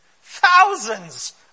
Thousands